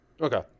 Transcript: Okay